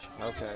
Okay